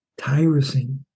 Tyrosine